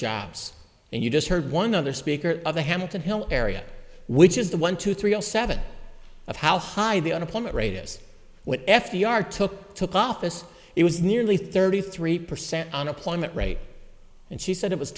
jobs and you just heard one other speaker of the hamilton hill area which is the one two three all seven of how high the unemployment rate is when f d r took took office it was nearly thirty three percent unemployment rate and she said it was